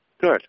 Good